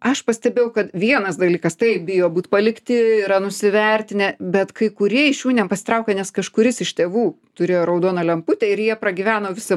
aš pastebėjau kad vienas dalykas taip bijo būt palikti yra nusivertinę bet kai kurie iš jų nepasitraukia nes kažkuris iš tėvų turėjo raudoną lemputę ir jie pragyveno visą